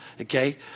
okay